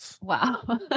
Wow